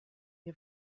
che